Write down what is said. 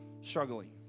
struggling